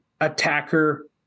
attacker